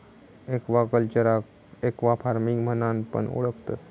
एक्वाकल्चरका एक्वाफार्मिंग म्हणान पण ओळखतत